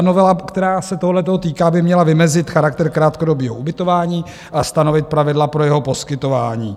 Novela, která se tohohle toho týká, by měla vymezit charakter krátkodobého ubytování a stanovit pravidla pro jeho poskytování.